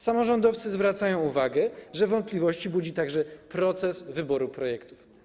Samorządowcy zwracają uwagę, że wątpliwości budzi także proces wyboru projektów.